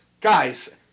guys